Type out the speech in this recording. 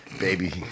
Baby